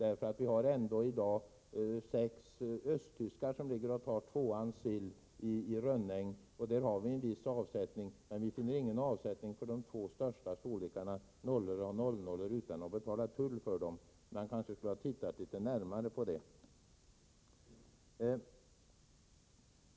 I dag ligger sex östtyskar och tar tvåans sill i Rönnäng, och där har vi en viss avsättning, men vi finner ingen avsättning för de två största storlekarna, nollor och nollnollor, utan att betala tull för dem. Man borde ha tittat litet närmare på det.